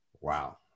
Wow